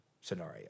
scenario